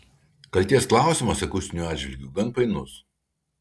kaltės klausimas akustiniu atžvilgiu gan painus